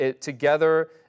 together